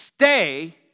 Stay